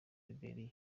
liberia